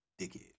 Dickhead